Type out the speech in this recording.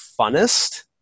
funnest